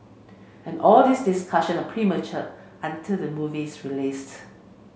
and all these discussion are premature until the movie is released